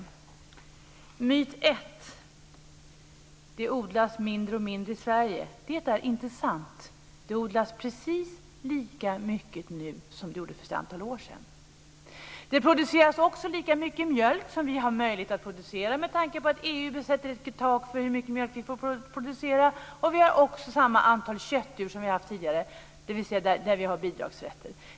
Den första myten är att det odlas mindre och mindre i Sverige. Det är inte sant. Det odlas precis lika mycket nu som för ett antal år sedan. Det produceras också lika mycket mjölk som vi har möjlighet att producera med tanke på att EU sätter ett tak för hur mycket mjölk som vi får producera. Vi har också samma antal köttdjur som vi tidigare har haft och som vi har bidragsrätt till.